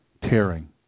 tearing